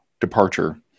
departure